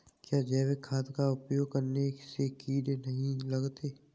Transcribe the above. क्या जैविक खाद का उपयोग करने से कीड़े नहीं लगते हैं?